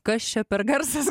kas čia per garsas